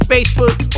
Facebook